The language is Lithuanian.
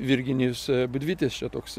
virginijus būdvytis čia toks